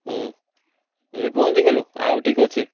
ହଁ ଏଇ ପହଞ୍ଚିଗଲୁ ଆଉ ଟିକେ ଅଛି